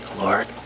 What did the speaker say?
Lord